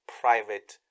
private